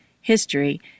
History